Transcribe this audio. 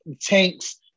tanks